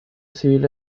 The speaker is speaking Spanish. civil